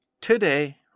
today